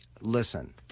Listen